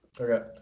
Okay